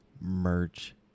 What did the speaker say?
merch